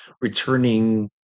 returning